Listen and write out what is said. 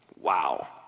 Wow